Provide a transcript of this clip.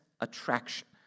attraction